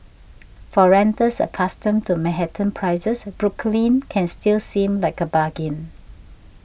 for renters accustomed to Manhattan prices Brooklyn can still seem like a bargain